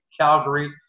Calgary